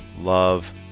love